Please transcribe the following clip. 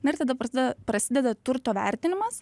na ir tada prasideda prasideda turto vertinimas